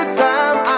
time